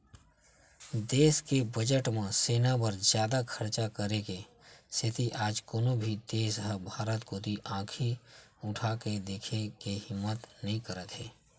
देस के बजट म सेना बर जादा खरचा करे के सेती आज कोनो भी देस ह भारत कोती आंखी उठाके देखे के हिम्मत नइ करत हे